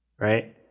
right